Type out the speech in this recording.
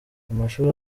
amashuri